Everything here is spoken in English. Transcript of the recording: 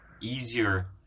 easier